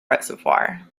reservoir